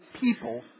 people